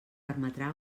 permetrà